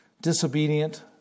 disobedient